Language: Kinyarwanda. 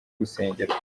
gusengerwa